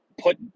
put